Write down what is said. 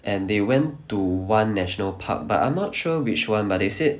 and they went to one national park but I'm not sure which [one] but they said